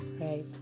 Right